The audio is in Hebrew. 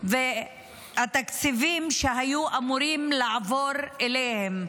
והתקציבים שהיו אמורים לעבור אליהם.